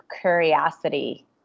curiosity